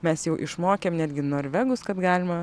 mes jau išmokėme netgi norvegus kad galima